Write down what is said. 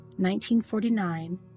1949